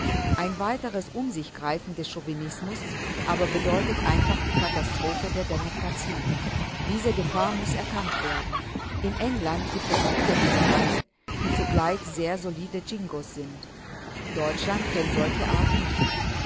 ein weiteres umsichgreifen des chauvinismus aber bedeutet einfach die katastrophe der demokratie diese gefahr muß erkannt werden in england gibt es gute liberale die zugleich sehr solide jingos sind deutschland kennt solche art nicht